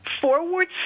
Forward